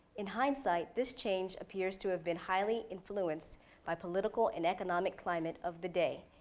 in hindsight, this change appears to have been highly influenced by political and economic climate of the day,